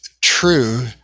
true